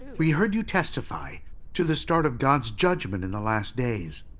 we heard you testify to the start of god's judgment in the last days,